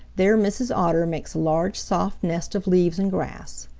there mrs. otter makes a large, soft nest of leaves and grass.